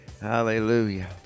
Hallelujah